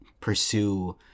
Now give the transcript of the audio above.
pursue